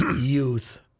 youth